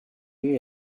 you